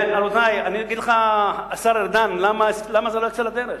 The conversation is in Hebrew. אני אגיד לך, השר ארדן, למה זה לא יצא לדרך.